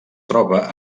troba